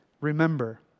remember